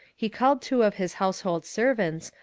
he called two of his household servants,